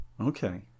Okay